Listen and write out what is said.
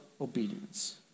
obedience